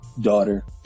daughter